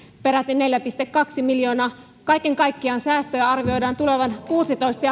peräti neljä pilkku kaksi miljoonaa ja kaiken kaikkiaan säästöjä arvioidaan tulevan kuusitoista